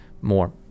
more